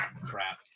Crap